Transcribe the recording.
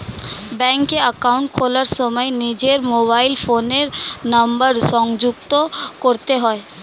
ব্যাঙ্কে অ্যাকাউন্ট খোলার সময় নিজের মোবাইল ফোনের নাম্বার সংযুক্ত করতে হয়